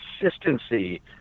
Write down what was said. consistency